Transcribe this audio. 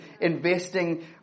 investing